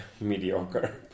mediocre